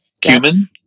Cumin